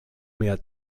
mehr